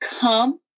come